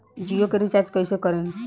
जियो के रीचार्ज कैसे करेम?